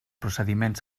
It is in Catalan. procediments